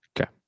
Okay